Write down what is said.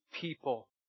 people